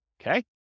Okay